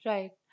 Right